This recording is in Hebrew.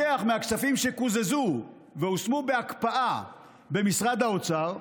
מהכספים שקוזזו והושמו בהקפאה במשרד האוצר,